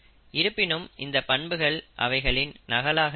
இருப்பினும் இந்த பண்புகள் அவைகளில் நகலாக இருக்காது